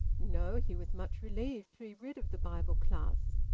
no! he was much relieved to be rid of the bible class.